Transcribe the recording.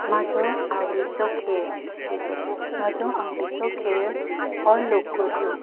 म्हजो आवडीचो खेळ म्हजो आवडीचो खेळ हो लोकोर्यो